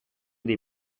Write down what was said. dei